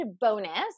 bonus